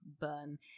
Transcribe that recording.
burn